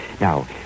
Now